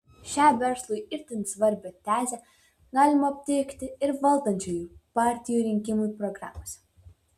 šią verslui itin svarbią tezę galima aptikti ir valdančiųjų partijų rinkimų programose